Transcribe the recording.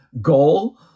goal